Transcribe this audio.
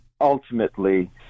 ultimately